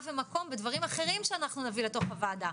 ומקום בדברים אחרים שאנחנו נביא לוועדה,